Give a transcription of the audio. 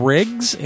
Riggs